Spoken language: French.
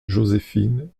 joséphine